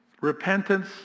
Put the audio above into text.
repentance